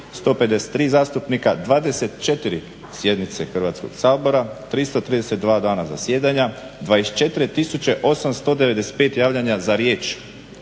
153 zastupnika, 24 sjednice Hrvatskog sabora, 332 dana zasjedanja, 24895 javljanja za riječ,